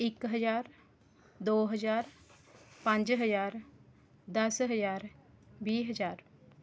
ਇੱਕ ਹਜ਼ਾਰ ਦੋ ਹਜ਼ਾਰ ਪੰਜ ਹਜ਼ਾਰ ਦਸ ਹਜ਼ਾਰ ਵੀਹ ਹਜ਼ਾਰ